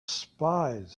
spies